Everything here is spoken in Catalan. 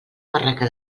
barraca